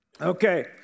Okay